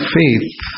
faith